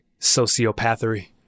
sociopathy